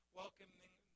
welcoming